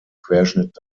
querschnitt